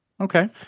Okay